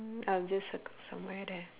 mm I'll just circle somewhere there